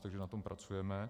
Takže na tom pracujeme.